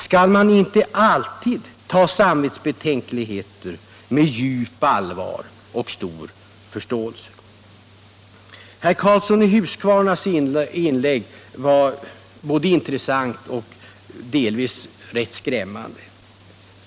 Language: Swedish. Skall man inte alltid ta samvetsbetänkligheter med djupt allvar och stor förståelse? Herr Karlssons i Huskvarna inlägg var både intressant och delvis rätt skrämmande.